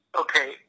Okay